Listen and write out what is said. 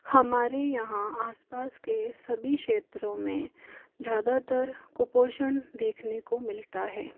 हमारे यहाँ आसपास के सभी क्षेत्रों में ज़्यादातर कुपोषण देखने को मिलता है